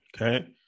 okay